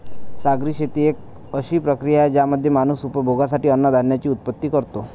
सागरी शेती एक अशी प्रक्रिया आहे ज्यामध्ये माणूस उपभोगासाठी अन्नधान्याची उत्पत्ति करतो